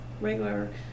regular